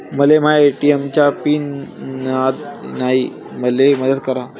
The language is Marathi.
मले माया ए.टी.एम चा पिन याद नायी, मले मदत करा